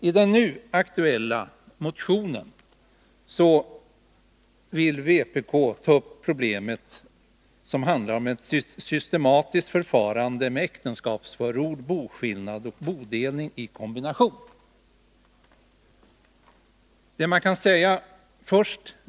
I den nu aktuella motionen tar vpk upp frågan om systematiskt förfarande med äktenskapsförord, boskillnad och bodelning i kombination.